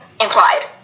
Implied